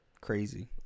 Crazy